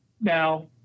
Now